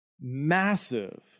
massive